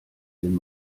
den